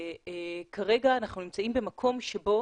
כרגע אנחנו נמצאים במקום שבו